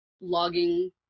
logging